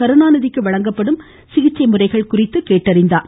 கருணாநிதிக்கு வழங்கப்படும் சிகிச்சைகள் குறித்து கேட்டறிந்தார்